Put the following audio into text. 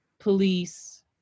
police